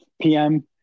PM